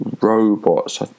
robots